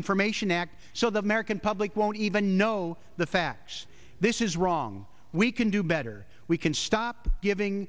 information act so the american public won't even know the facts this is wrong we can do better we can stop giving